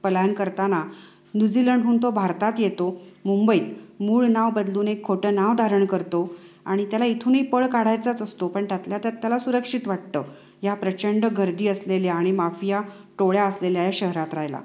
पलायन करताना न्यूझीलंडहून तो भारतात येतो मुंबईत मूळ नाव बदलून एक खोटं नाव धारण करतो आणि त्याला इथूनही पळ काढायचाच असतो पण त्यातल्या त्यात त्याला सुरक्षित वाटतं या प्रचंड गर्दी असलेल्या आणि माफिया टोळ्या असलेल्या या शहरात राहायला